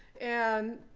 and